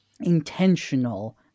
intentional